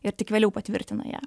ir tik vėliau patvirtina ją